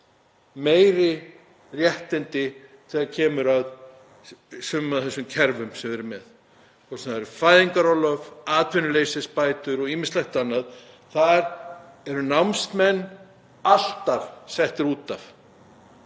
meiri réttindi þegar kemur að sumum af þessum kerfum sem við erum með. Hvort sem það er fæðingarorlof, atvinnuleysisbætur eða ýmislegt annað, þar eru námsmenn alltaf settir út af.